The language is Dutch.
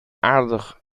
aardig